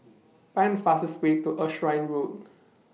Find The fastest Way to Erskine Road